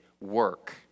Work